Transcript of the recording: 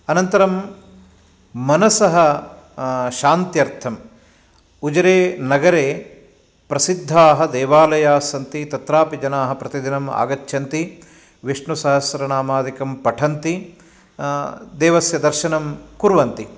अनन्तरं मनसः शान्त्यर्थं उजिरेनगरे प्रसिद्धाः देवालयास्सन्ति तत्रापि जनाः प्रतिदिनम् आगच्छन्ति विष्णुसहस्रनामादिकं पठन्ति देवस्य दर्शनं कुर्वन्ति